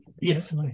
Yes